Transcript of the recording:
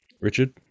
Richard